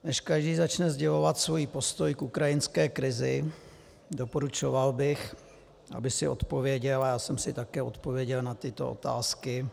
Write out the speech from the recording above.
Než každý začne sdělovat svůj postoj k ukrajinské krizi, doporučoval bych, aby si odpověděl, a já jsem si také odpověděl, na tyto otázky.